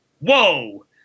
Whoa